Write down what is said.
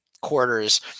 quarters